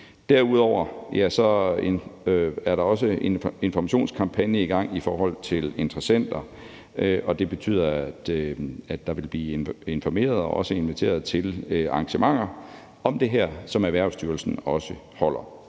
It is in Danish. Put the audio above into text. Derudover er der også en informationskampagne i gang i forhold til interessenter, og det betyder, at der vil blive informeret om og også inviteret til arrangementer om det her, som Erhvervsstyrelsen også holder.